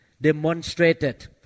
demonstrated